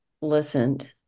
listened